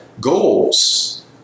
goals